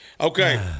Okay